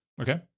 Okay